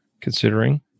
considering